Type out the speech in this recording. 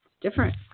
different